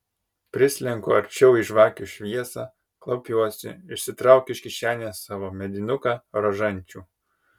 prislenku arčiau į žvakių šviesą klaupiuosi išsitraukiu iš kišenės savo medinuką rožančių